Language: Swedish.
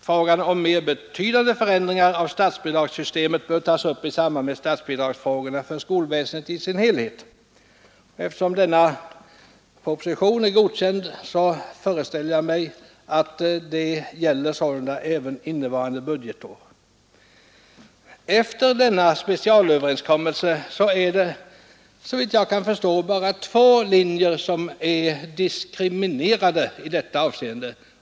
Frågan om mer betydande förändringar av statsbidragssystemet bör tas upp i samband med statsbidragsfrågorna för skolväsendet i dess helhet.” Eftersom denna proposition är godkänd föreställer jag mig att dessa bestämmelser gäller även innevarande budgetår. Efter denna specialöverenskommelse är det, såvitt jag kan förstå, bara två linjer som är diskriminerade i detta avseende.